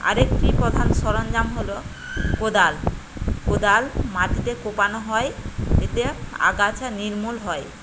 আরেকটি প্রধান সরঞ্জাম হলো কোদাল কোদাল মাটিতে কোপানো হয় এতে আগাছা নির্মূল হয়